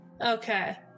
Okay